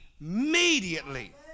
immediately